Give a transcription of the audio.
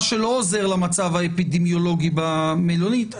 מה שלא עוזר למצב האפידמיולוגי במלונית.